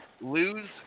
lose